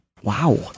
Wow